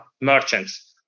merchants